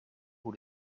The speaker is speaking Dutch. hoe